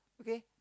okay